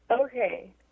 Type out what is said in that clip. okay